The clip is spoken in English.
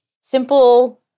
simple